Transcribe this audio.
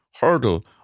hurdle